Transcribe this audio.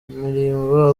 imirimbo